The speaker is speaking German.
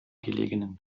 gelegenen